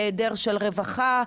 בהיעדר רווחה?